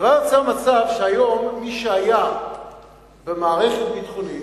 הדבר יוצר מצב שהיום, מי שהיה במערכת ביטחונית